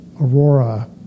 Aurora